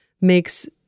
makes